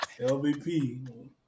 LVP